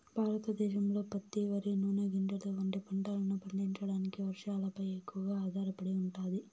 భారతదేశంలో పత్తి, వరి, నూనె గింజలు వంటి పంటలను పండించడానికి వర్షాలపై ఎక్కువగా ఆధారపడి ఉంటాది